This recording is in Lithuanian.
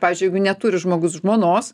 pavyzdžiui jeigu neturi žmogus žmonos